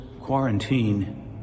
quarantine